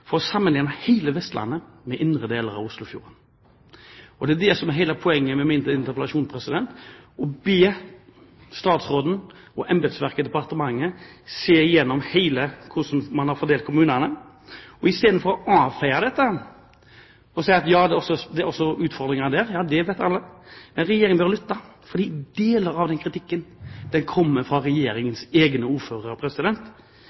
for å sammenligne hele Vestlandet med indre deler av Oslofjorden. Det er det som er hele poenget med min interpellasjon: å be statsråden og embetsverket i departementet om å se gjennom hvordan man har fordelt kommunene. I stedet for å avfeie denne utfordringen ved å si at ja, det vet alle, bør Regjeringen lytte, fordi deler av den kritikken kommer fra Regjeringens egne ordførere. Den kommer fra